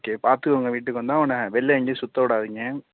okay பார்த்துக்கோங்க வீட்டுக்கு வந்தால் அவனை வெளியில் எங்கேயும் சுற்ற விடாதீங்க